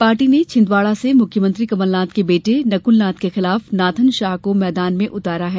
party ने छिदवाडा से मुख्यमंत्री कमलनाथ के बेटे नकलनाथ के खिलाफ नाथन शाह को मैदान में उतारा है